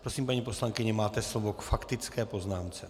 Prosím, paní poslankyně, máte slovo k faktické poznámce.